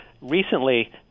recently